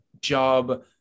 job